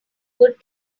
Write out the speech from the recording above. good